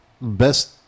best